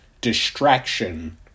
distraction